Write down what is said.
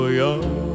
young